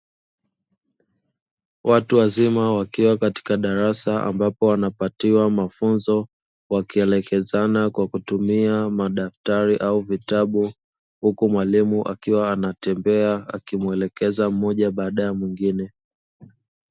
Watu wazima wakiwa katika darasa ambapo wanapatiwa mafunzo wakielekezana kwa kutumia madaftari au vitabu huku mwalimu akiwa anatembea akimwelekeza mmoja baada ya mwingine.